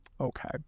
okay